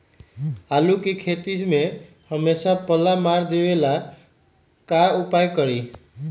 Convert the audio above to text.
आलू के खेती में हमेसा पल्ला मार देवे ला का उपाय करी?